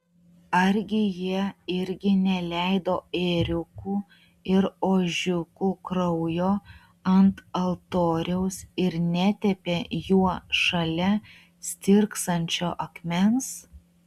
argi jie irgi neleido ėriukų ir ožiukų kraujo ant altoriaus ir netepė juo šalia stirksančio akmens